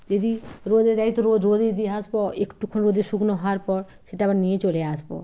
যদি রোদে দেয় তো রোদে দিয়ে আসব একটু রোদে শুকনো হওয়ার পর সেটা আবার নিয়ে চলে আসব